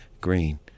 green